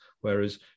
whereas